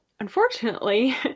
Unfortunately